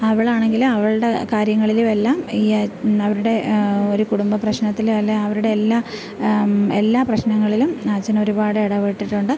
അവളാണെങ്കിൽ അവളുടെ കാര്യങ്ങളിലുമെല്ലാം ഈ അവരുടെ ഒരു കുടുംബ പ്രശ്നത്തിൽ അല്ലെങ്കിൽ അവരുടെ എല്ലാ എല്ലാ പ്രശ്നങ്ങളിലും അച്ഛൻ ഒരുപാട് ഇടപെട്ടിട്ടുണ്ട്